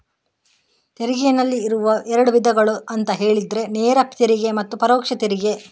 ತೆರಿಗೆನಲ್ಲಿ ಇರುವ ಎರಡು ವಿಧಗಳು ಅಂತ ಹೇಳಿದ್ರೆ ನೇರ ತೆರಿಗೆ ಮತ್ತೆ ಪರೋಕ್ಷ ತೆರಿಗೆ